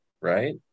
Right